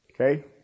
Okay